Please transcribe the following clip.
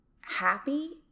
happy